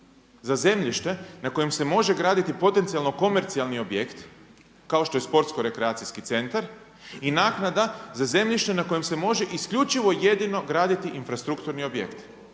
za zemljište na kojem se može graditi potencijalno komercijalni objekt kao što je sportsko-rekreacijski centar i naknada za zemljište na kojem se može isključivo i jedino graditi infrastrukturni objekt,